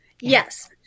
Yes